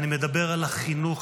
אני מדבר על החינוך,